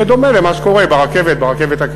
זה יהיה דומה למה שקורה ברכבת הקלה,